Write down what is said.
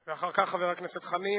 אחר כך, חבר הכנסת חנין,